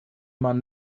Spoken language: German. man